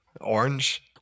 orange